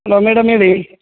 hello madam ಹೇಳಿ